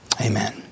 amen